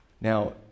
Now